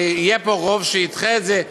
הרי יהיה פה רוב שידחה את זה,